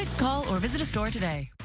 call or visit a store today.